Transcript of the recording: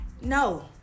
No